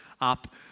up